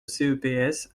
ceps